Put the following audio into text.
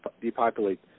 depopulate